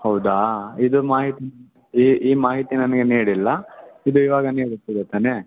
ಹೌದಾ ಇದು ಮಾಹಿತಿ ಈ ಈ ಮಾಹಿತಿ ನಮಗೆ ನೀಡಿಲ್ಲಇದು ಇವಾಗ ನೀಡುತ್ತಿದೆ ತಾನೆ